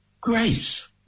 grace